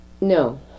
No